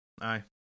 Aye